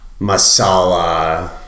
masala